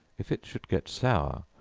if it should get sour,